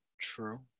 True